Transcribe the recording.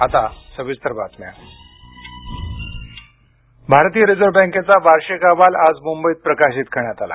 RBI भारतीय reserve बँकेचा वार्षिक अहवाल आज मुंबईत प्रसिद्ध करण्यात आला